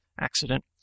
accident